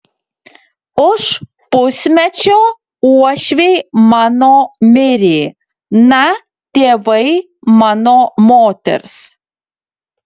už pusmečio uošviai mano mirė na tėvai mano moters